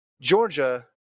Georgia